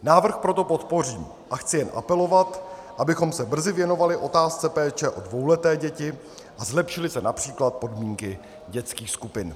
Návrh proto podpořím a chci jen apelovat, abychom se brzy věnovali otázce péče o dvouleté děti a zlepšily se například podmínky dětských skupin.